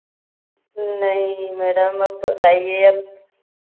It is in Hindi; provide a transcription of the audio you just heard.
नहीं मैडम